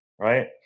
right